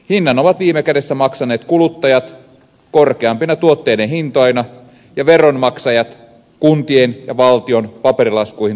hinnan ovat viime kädessä maksaneet kuluttajat korkeampina tuotteiden hintoina ja veronmaksajat kuntien ja valtion paperilaskuihin tuhlaamina verorahoina